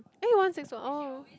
eh you one six what orh